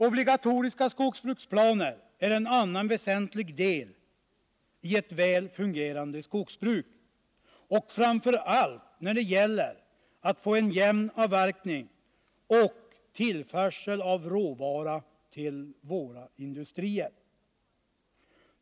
Obligatoriska skogsbruksplaner utgör en annan väsentlig del av ett väl fungerande skogsbruk, framför allt när det gäller att få en jämn avverkning och tillförsel av råvara till våra industrier.